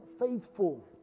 faithful